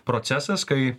procesas kai